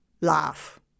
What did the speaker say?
laugh